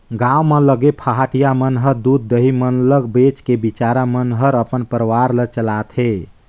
गांव म लगे पहाटिया मन ह दूद, दही मन ल बेच के बिचारा मन हर अपन परवार ल चलाथे